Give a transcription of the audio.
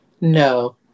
no